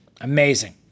Amazing